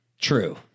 True